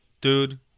Dude